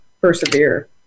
persevere